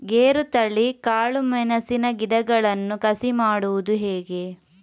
ಗೇರುತಳಿ, ಕಾಳು ಮೆಣಸಿನ ಗಿಡಗಳನ್ನು ಕಸಿ ಮಾಡುವುದು ಹೇಗೆ?